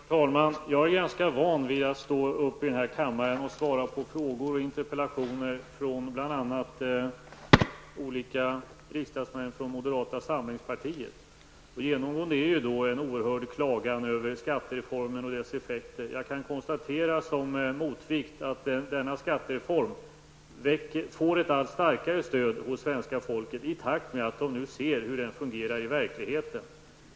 Herr talman! Jag är ganska van vid att stå i denna kammare och svara på frågor och interpellationer från bl.a. olika riksdagsmän från moderata samlingspartiet. Det genomgående är då en oerhörd klagan över skattereformen och dess effekter. Som motvikt kan jag konstatera att denna skattereform får ett allt starkare stöd hos svenska folket i takt med att man nu ser hur den fungerar i verkligheten.